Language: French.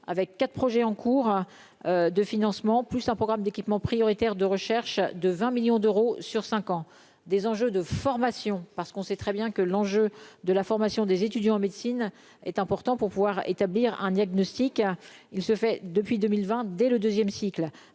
avec 4 projets en cours de financement plus un programme d'équipement prioritaire de recherche de 20 millions d'euros sur 5 ans des enjeux de formation parce qu'on sait très bien que l'enjeu de la formation des étudiants en médecine est important pour pouvoir établir un diagnostic, il se fait depuis 2020 dès le 2ème cycle